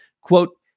Quote